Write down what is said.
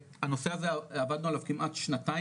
הנושא הזה, עבדנו עליו, כמעט שנתיים.